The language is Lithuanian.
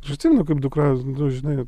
ir aš atsimenu kaip dukra nu žinai